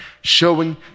Showing